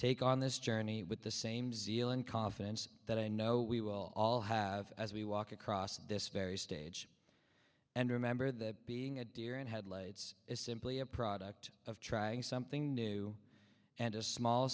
take on this journey with the same zeal and confidence that i know we will all have as we walk across this very stage and remember that being a deer in headlights is simply a product of trying something new and a small